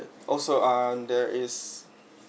also um there is